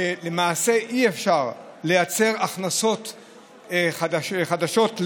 ולמעשה אי-אפשר לייצר הכנסות חדשות,